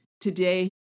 Today